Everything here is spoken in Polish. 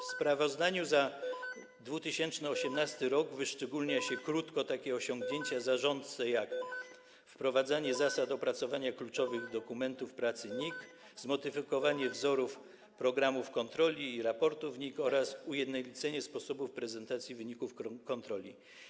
W sprawozdaniu za 2018 r. wyszczególnia się krótko takie osiągnięcia zarządcze jak: wprowadzanie zasad opracowania kluczowych dokumentów pracy NIK, zmodyfikowanie wzorów programów kontroli i raportów NIK oraz ujednolicenie sposobów prezentacji wyników kontroli.